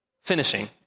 finishing